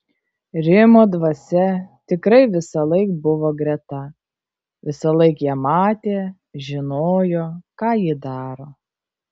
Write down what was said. rimo dvasia tikrai visąlaik buvo greta visąlaik ją matė žinojo ką ji daro